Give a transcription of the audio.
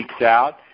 Out